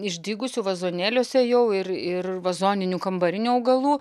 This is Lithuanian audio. išdygusių vazonėliuose jau ir ir vazoninių kambarinių augalų